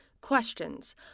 Questions